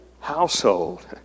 Household